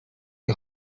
die